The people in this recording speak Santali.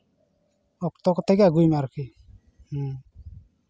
ᱚᱠᱛᱚ ᱠᱚᱛᱮ ᱜᱮ ᱟᱹᱜᱩᱭ ᱢᱮ ᱟᱨᱠᱤ ᱦᱩᱸ